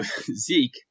Zeke